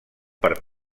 per